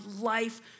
life